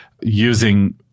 using